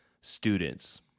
students